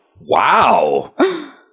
Wow